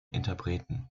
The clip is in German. interpreten